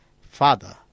Father